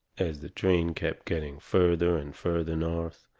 as the train kept getting further and further north,